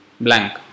Blank